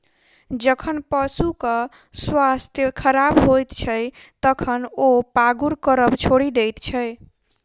जखन पशुक स्वास्थ्य खराब होइत छै, तखन ओ पागुर करब छोड़ि दैत छै